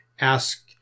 ask